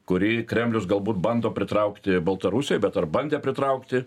kurį kremlius galbūt bando pritraukti baltarusijoj bet ar bandė pritraukti